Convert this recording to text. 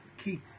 keep